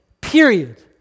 period